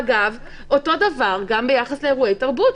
אגב, אותו דבר גם ביחס לאירועי תרבות.